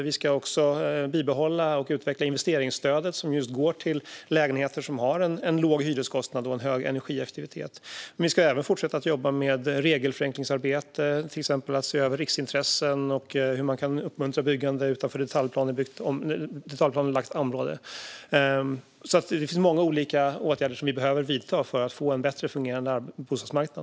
Vi ska också bibehålla och utveckla investeringsstödet, som går till just lägenheter med låg hyreskostnad och hög energieffektivitet. Vi ska även fortsätta med regelförenklingsarbete, till exempel se över riksintressen och hur man kan uppmuntra byggande utanför detaljplanelagt område. Vi behöver alltså vidta många olika åtgärder för att få en bättre fungerande bostadsmarknad.